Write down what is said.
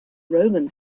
roman